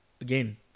again